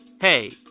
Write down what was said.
Hey